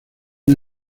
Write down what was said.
una